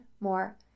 more